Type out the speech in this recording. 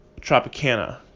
Tropicana